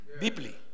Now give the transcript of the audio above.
deeply